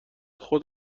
خود